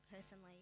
personally